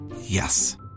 Yes